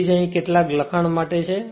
તેથી જ કેટલાક અહીં લખાણ માટે છે